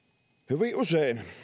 hyvin usein